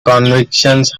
convictions